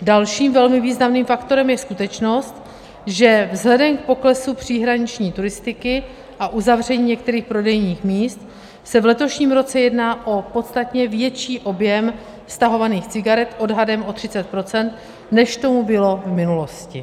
Dalším velmi významným faktorem je skutečnost, že vzhledem k poklesu příhraniční turistiky a uzavření některých prodejních míst se v letošním roce jedná o podstatně větší objem stahovaných cigaret, odhadem o 30 %, než tomu bylo v minulosti.